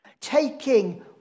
taking